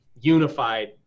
unified